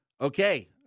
Okay